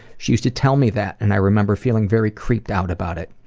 she used to tell me that and i remember feeling very creeped out about it.